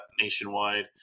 nationwide